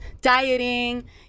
dieting